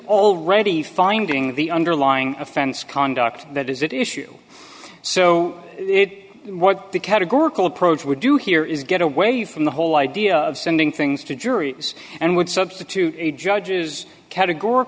already finding the underlying offense conduct that is that issue so it what the categorical approach would do here is get away from the whole idea of sending things to juries and would substitute a judge's categor